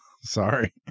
Sorry